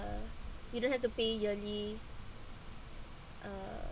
uh you don't have to pay yearly uh